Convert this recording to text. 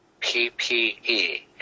PPE